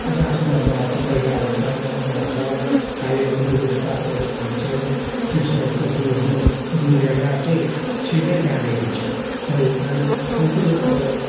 जाँच गर्नु आउँछ कोही अब खानु आउँछ खायो ओऱ्यो रुख पातहरू खिच्यो चिसो जस्तो डुल डोल डुलेर चाहिँ सिधै जाने हुन्छ कोही जाने कोही चाहिँ अब